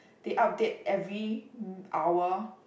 they update every hour